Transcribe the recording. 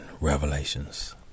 Revelations